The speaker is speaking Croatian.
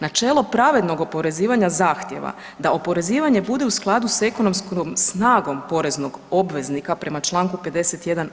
Načelo pravednog oporezivanja zahtjeva da oporezivanje bude u skladu s ekonomskom snagom poreznog obveznika prema čl. 51.